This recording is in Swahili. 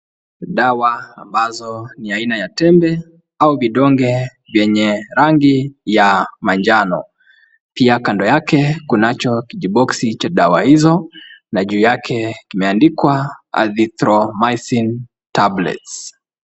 Dawa ambazo ni aina ya tembe au vidonge yenye rangi ya manjano, pia kando yake kunacho kiboksi cha dawa hizo, na juu yake kimeandikwa azinthromisis tablet.